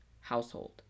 household